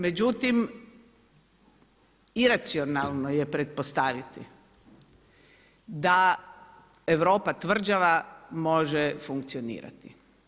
Međutim, iracionalno je pretpostaviti da Europa tvrđava može funkcionirati.